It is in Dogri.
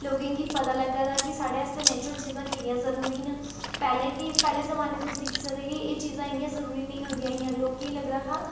लोकें गी पता लग्गा दा कि साढ़े आस्तै नेचुरल चीज़ां कि'न्नियां जरूरी न पैह्ले कि पैह्ले जमान्ने च तुस दिक्खी सकदे कि एह् चीज़ां इ'न्नियां जरूरी निं होंदियां हियां लोकें ई लगदा हा